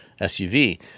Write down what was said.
SUV